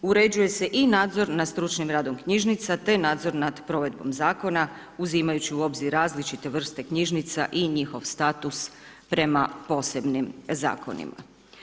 Uređuje se i nadzor nad stručnim radom knjižnica te nadzor nad provedbom zakona uzimajući u obzir različite vrste knjižnica i njihov status prema posebnim zakonima.